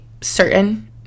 certain